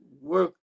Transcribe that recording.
work